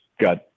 got